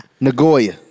Nagoya